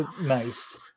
nice